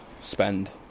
spend